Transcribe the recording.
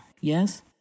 Yes